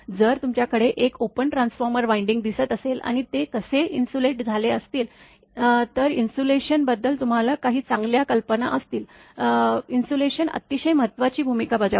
जर तुमच्याकडे 1 open transformer winding दिसत असेल आणि ते कसे इन्सुलेट झाले असतील तरइन्सुलेशन बद्दल तुम्हाला काही चांगल्या कल्पना असतील इन्सुलेशन अतिशय महत्त्वाची भूमिका बजावते